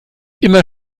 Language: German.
immer